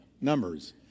Numbers